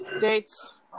Dates